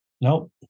nope